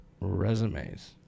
Resumes